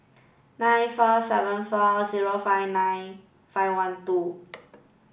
nine four seven four zero five nine five one two